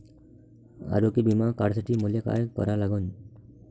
आरोग्य बिमा काढासाठी मले काय करा लागन?